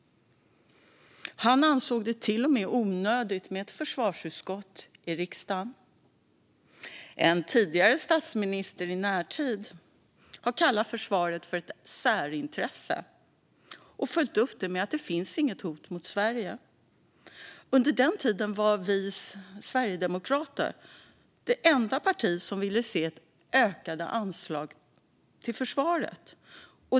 Han ansåg det till och med onödigt med ett försvarsutskott i riksdagen. En tidigare statsminister i närtid har kallat försvaret för ett särintresse och följt upp det med att "det finns inget hot mot Sverige". Under den tiden var Sverigedemokraterna det enda parti som ville se ökade anslag till försvaret.